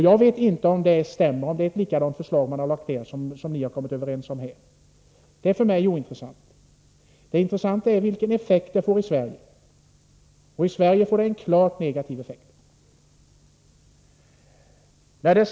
Jag vet inte om det stämmer att det är ett likadant förslag som ni har kommit överens om här. Det är för mig ointressant. Det intressanta är vilken effekt ert förslag får i Sverige, och i Sverige får det en klart negativ effekt.